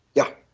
yeah.